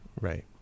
Right